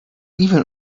even